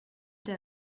der